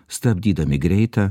stabdydami greitą